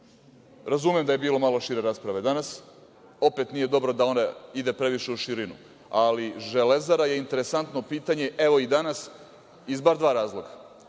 razumem da je bilo malo šire rasprave danas, opet nije dobro da ona ide previše u širinu ali Železara je interesantno pitanje evo i danas iz bar dva razloga. Prvi